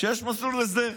שיש מסלול הסדר,